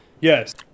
Yes